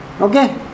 Okay